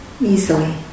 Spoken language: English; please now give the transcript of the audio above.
easily